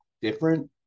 different